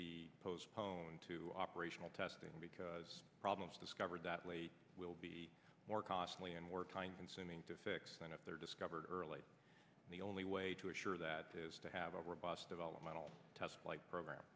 be postponed to operational testing because problems discovered that late will be more costly and more kind consuming to fix than if they're discovered early and the only way to assure that is to have a robust developmental test flight program